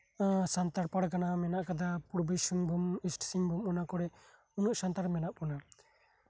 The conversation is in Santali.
ᱥᱟᱱᱛᱟᱲ ᱯᱟᱨᱜᱟᱱᱟ ᱢᱮᱱᱟᱜ ᱠᱟᱫᱟ ᱯᱩᱨᱵᱚ ᱥᱤᱝᱵᱷᱩᱢ ᱤᱥᱴ ᱥᱤᱝᱵᱷᱩᱢ ᱚᱱᱟ ᱠᱚᱨᱮᱜ ᱩᱱᱟᱹᱜ ᱥᱟᱱᱛᱟᱲ ᱢᱮᱱᱟᱜ ᱵᱚᱱᱟ